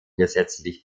gesetzlich